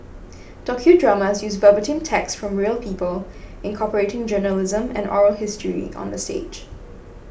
docudramas use verbatim text from real people incorporating journalism and oral history on the stage